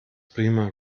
prima